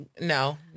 No